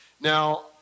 Now